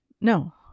No